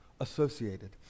associated